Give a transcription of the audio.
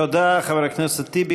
תודה, חבר הכנסת טיבי.